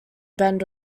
bend